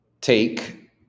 take